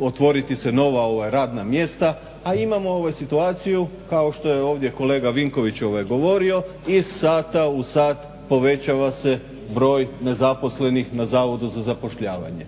otvoriti se nova radna mjesta, a imamo situaciju kao što je ovdje kolega Vinković govorio, iz sata u sat povećava se broj nezaposlenih na zavodu za zapošljavanje.